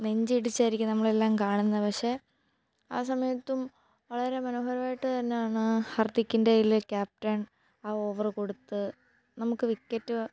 നെഞ്ചിടിച്ചായിരിക്കും നമ്മളെല്ലാം കാണുന്നത് പക്ഷേ ആ സമയത്തും വളരെ മനോഹരമായിട്ടു തന്നെയാണ് ഹർദിക്കിൻറെ കയ്യിൽ ക്യാപ്റ്റൻ ആ ഓവർ കൊടുത്തു നമുക്കു വിക്കറ്റ്